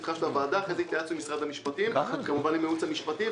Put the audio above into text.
אחרי זה התייעצנו עם משרד המשפטים וכמובן עם הייעוץ המשפטי,